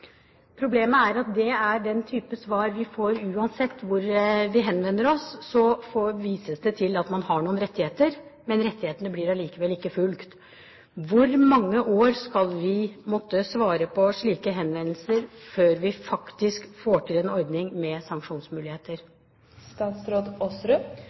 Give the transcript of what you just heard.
Problemet er at det er den type svar vi får. Uansett hvor vi henvender oss, vises det til at man har noen rettigheter, men rettighetene blir allikevel ikke fulgt. I hvor mange år skal vi måtte svare på slike henvendelser, før vi får til en ordning med